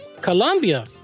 colombia